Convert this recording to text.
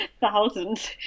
Thousands